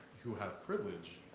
who have privilege,